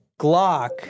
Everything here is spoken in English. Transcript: Glock